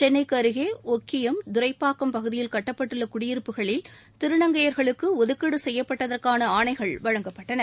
சென்னைக்கு அருகே ஒக்கியம் துரைப்பாக்கம் பகுதியில் கட்டப்பட்டுள்ள குடியிருப்புகளில் திருநங்கையர்களுக்கு ஒதுக்கீடு செய்யப்பட்டதற்கான ஆணைகள் வழங்கப்பட்டன